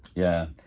yeah,